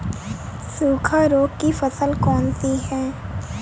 सूखा रोग की फसल कौन सी है?